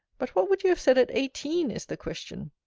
but what would you have said at eighteen, is the question?